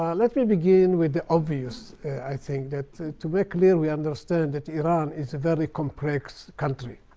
ah let me begin with the obvious, i think, that to be clear we understand that iran is a very complex country.